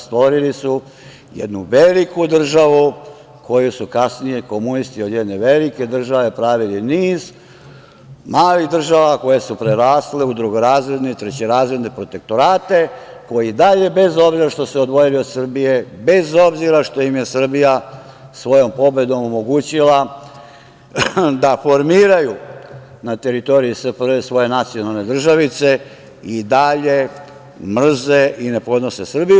Stvorili su jednu veliku državu, koju su kasnije komunisti, dakle, od jedne velike države pravili niz malih država koje su prerasle u drugorazredne i trećerazredne protektorate, koji i dalje, bez obzira što su se odvojili od Srbije, bez obzira što im je Srbija svojom pobedom omogućila da formiraju na teritoriji SFRJ svoje nacionalne državice, mrze i ne podnose Srbiju.